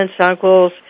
uncles